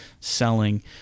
selling